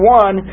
one